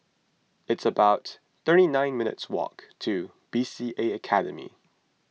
it's about thirty nine minutes' walk to B C A Academy